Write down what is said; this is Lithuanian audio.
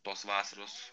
tos vasaros